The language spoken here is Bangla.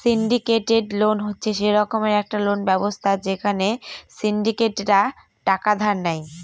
সিন্ডিকেটেড লোন হচ্ছে সে রকমের একটা লোন ব্যবস্থা যেখানে সিন্ডিকেটরা টাকা ধার দেয়